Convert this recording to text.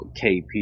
KP